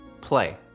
play